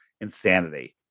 insanity